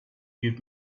give